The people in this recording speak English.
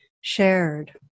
shared